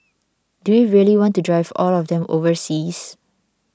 do we really want to drive all of them overseas